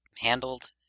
handled